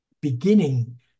beginning